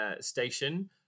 station